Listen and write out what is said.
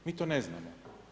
Mi to ne znamo.